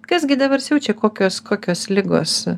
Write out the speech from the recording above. kas gi dabar siaučia kokios kokios ligos